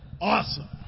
awesome